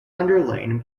underlain